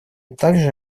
также